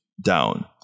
Down